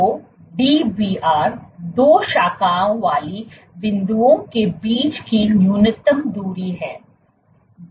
तो Dbrदो शाखाओं वाले बिंदुओं के बीच की न्यूनतम दूरी है